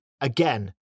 again